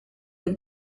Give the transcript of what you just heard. have